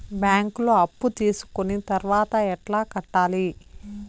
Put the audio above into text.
బ్యాంకులో అప్పు తీసుకొని తర్వాత ఎట్లా కట్టాలి?